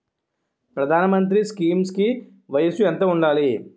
ప్రధాన మంత్రి స్కీమ్స్ కి వయసు ఎంత ఉండాలి?